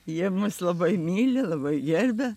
jie mus labai myli labai gerbia